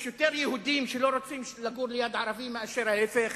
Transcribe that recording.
יש יותר יהודים שלא רוצים לגור ליד ערבים מאשר ההיפך,